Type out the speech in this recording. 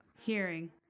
hearing